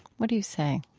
what do you say?